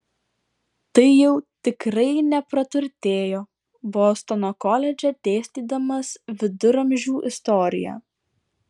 tai jau tikrai nepraturtėjo bostono koledže dėstydamas viduramžių istoriją